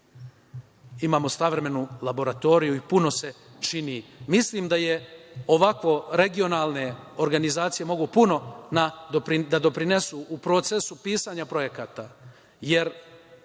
Imamo savremenu laboratoriju i puno se čini. Mislim da je ovako regionalne organizacije mogu puno da doprinesu u procesu pisanja projekata, jer